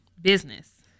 business